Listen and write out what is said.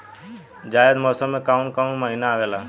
जायद मौसम में काउन काउन महीना आवेला?